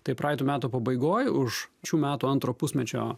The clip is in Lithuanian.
tai praeitų metų pabaigoj už šių metų antro pusmečio